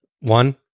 One